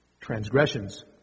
transgressions